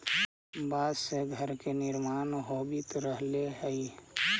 बाँस से घर के निर्माण होवित रहले हई